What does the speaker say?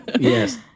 Yes